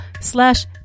slash